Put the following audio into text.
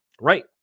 Right